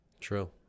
True